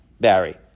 Barry